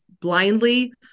blindly